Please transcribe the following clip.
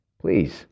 please